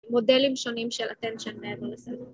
‫מודלים שונים של ‫attention מעבר לזה